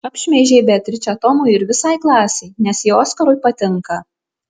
apšmeižei beatričę tomui ir visai klasei nes ji oskarui patinka